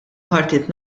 partit